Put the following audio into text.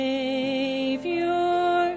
Savior